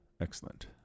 Excellent